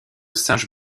singe